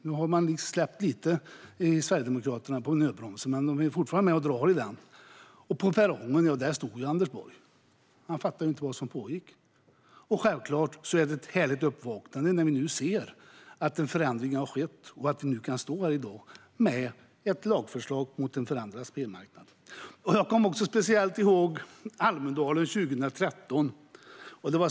Nu har Sverigedemokraterna släppt lite på nödbromsen, men de är fortfarande med och drar i den. Kvar på perrongen stod Anders Borg. Han fattade inte vad som pågick. Självklart är det ett härligt uppvaknande nu, när vi ser att en förändring har skett och kan stå här i dag med ett lagförslag om en förändring av spelmarknaden. Jag kommer särskilt ihåg Almedalen 2013.